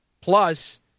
plus